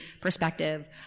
perspective